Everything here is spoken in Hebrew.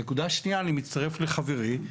נקודה שנייה, אני מצטרף לחברי.